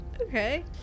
Okay